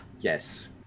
Yes